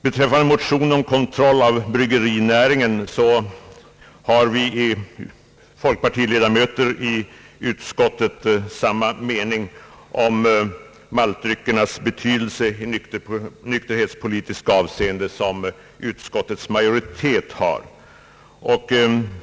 Beträffande motionen om kontroll av bryggerinäringen har vi folkpartiledamöter i utskottet samma mening om maltdryckernas betydelse i nykterhetspolitiskt avseende som utskottets majoritet.